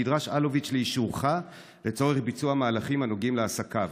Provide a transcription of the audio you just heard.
נדרש אלוביץ' לאישורך לצורך ביצוע מהלכים הנוגעים לעסקיו.